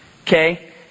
Okay